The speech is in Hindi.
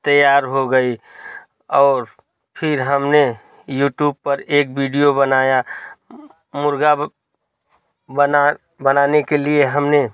तैयार हो गई और फिर हमने यूटूप पर एक वीडियो बनाया मुर्गा बना बनाने के लिए हमने